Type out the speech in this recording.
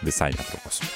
visai netrukus